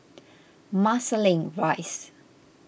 Marsiling Rise